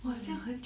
then 你